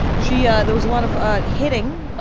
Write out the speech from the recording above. she uh there was a lot of ah hitting.